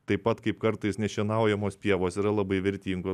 taip pat kaip kartais nešienaujamos pievos yra labai vertingo